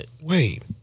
Wait